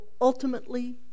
ultimately